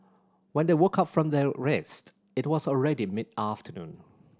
when they woke up from their rest it was already mid afternoon